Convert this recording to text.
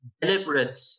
deliberate